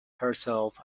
herself